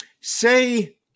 Say